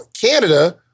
Canada